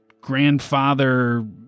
grandfather